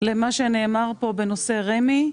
למה שנאמר פה בנושא רמ"י.